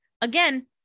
Again